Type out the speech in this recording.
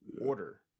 order